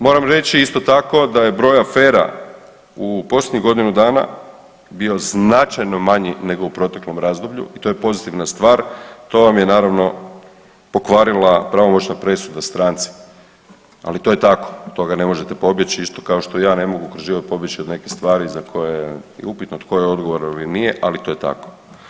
Moram reći isto tako da je broj afera u posljednjih godinu dana bio značajno manji nego u proteklom razdoblju i to je pozitivna stvar, to vam je naravno pokvarila pravomoćna presuda stranci, ali to je tako od toga ne možete pobjeći isto kao što ja ne mogu kroz život pobjeći od nekih stvari za koje je upitnu tko je odgovoran ili nije, ali to je tako.